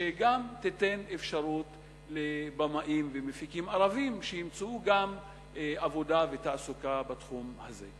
שגם תיתן אפשרות לבמאים ולמפיקים ערבים למצוא עבודה ותעסוקה בתחום הזה.